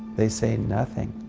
they say nothing.